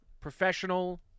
professional